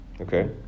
okay